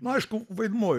nu aišku vaidmuo